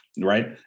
right